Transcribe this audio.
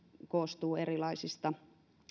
koostuu erilaisista